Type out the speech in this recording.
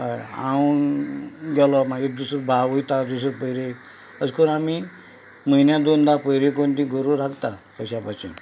हय हांव गेलो मागीर दुसरो भाव वयता दुसरे फेरेक अशें करून आमी म्हयन्यांक दोनदां फेरी करून तीं गोरवां राखता अश्या भाशेन